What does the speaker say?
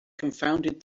confounded